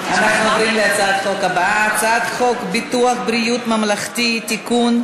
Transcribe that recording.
אנחנו עוברים להצעת חוק הבאה: הצעת חוק ביטוח בריאות ממלכתי (תיקון,